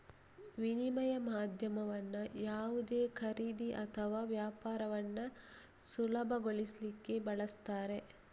ವಿನಿಮಯ ಮಾಧ್ಯಮವನ್ನ ಯಾವುದೇ ಖರೀದಿ ಅಥವಾ ವ್ಯಾಪಾರವನ್ನ ಸುಲಭಗೊಳಿಸ್ಲಿಕ್ಕೆ ಬಳಸ್ತಾರೆ